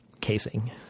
casing